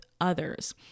others